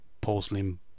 porcelain